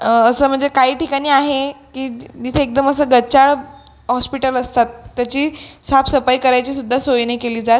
असं म्हणजे काही ठिकाणी आहे की तिथे एकदम असं गचाळ हॉस्पिटल असतात त्याची साफसफाई करायची सुद्धा सोय नाही केली जात